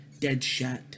Deadshot